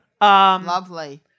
Lovely